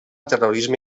terrorisme